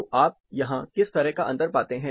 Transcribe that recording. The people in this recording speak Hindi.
तो आप यहाँ किस तरह का अंतर पाते हैं